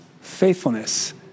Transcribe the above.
faithfulness